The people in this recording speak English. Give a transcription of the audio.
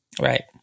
Right